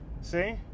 See